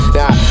Nah